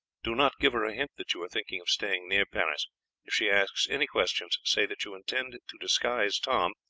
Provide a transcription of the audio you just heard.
do not give her a hint that you are thinking of staying near paris if she asks any questions say that you intend to disguise tom,